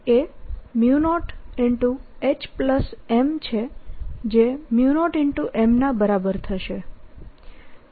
અને તેથી B એ 0HM છે જે 0M ના બરાબર થશે